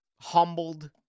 humbled